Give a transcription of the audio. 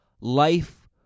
life